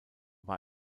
war